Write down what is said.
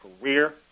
career